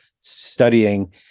studying